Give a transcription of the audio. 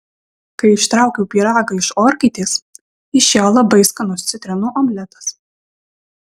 kai ištraukiau pyragą iš orkaitės išėjo labai skanus citrinų omletas